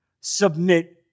submit